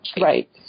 Right